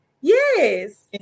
Yes